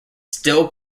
still